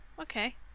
Okay